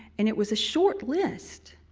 and it was a short list.